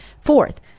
Fourth